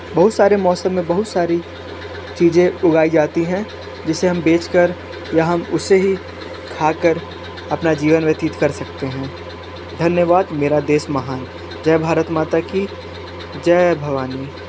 बहुत सारे मौसम में बहुत सारी चीज़ें उगाई जाती हैं जिसे हम बेचकर या हम उसे ही खाकर अपना जीवन व्यतीत कर सकते हैं धन्यवाद मेरा देश महान जय भारत माता की जय भवानी